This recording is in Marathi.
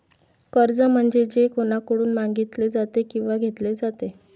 कर्ज म्हणजे जे कोणाकडून मागितले जाते किंवा घेतले जाते